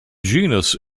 genus